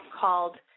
called